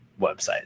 website